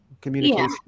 communication